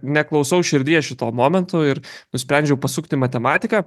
neklausau širdies šituo momentu ir nusprendžiau pasukt į matematiką